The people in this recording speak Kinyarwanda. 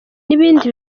ibindi